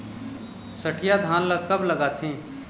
सठिया धान ला कब लगाथें?